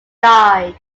died